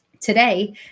Today